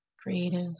creative